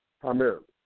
primarily